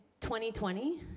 2020